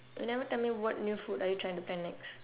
you never tell me what new food are you trying to plan next